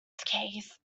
case